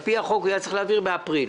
על פי החוק הוא היה צריך להעביר בחודש אפריל.